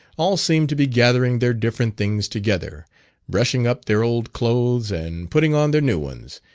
all seemed to be gathering their different things together brushing up their old clothes and putting on their new ones,